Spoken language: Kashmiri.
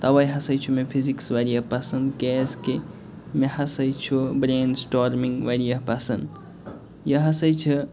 تَوے ہسا چھُ مےٚ فِزِکٕس واریاہ پٮسنٛد کیٛازِکہِ مےٚ ہسا چھُ برین سٹارمنٛگ واریاہ پسنٛد یہِ ہسا چھِ